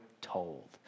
told